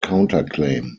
counterclaim